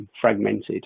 fragmented